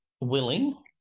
willing